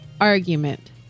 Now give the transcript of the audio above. argument